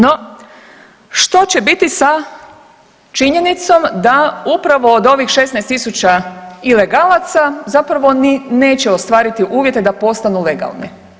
No, što će biti sa činjenicom da upravo od ovih 16.000 ilegalaca zapravo ni neće ostvariti uvjete da postanu legalni.